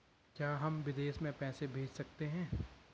क्या हम विदेश में पैसे भेज सकते हैं?